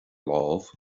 lámh